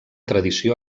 tradició